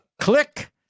Click